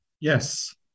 Yes